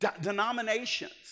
denominations